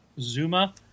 Zuma